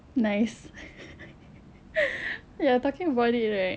nice ya talking about it right